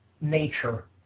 nature